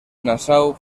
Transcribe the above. nassau